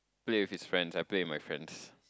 play with his friends I play with my friends